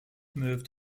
moved